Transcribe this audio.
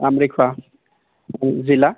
আমৰিখোৱা জিলা